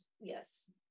Yes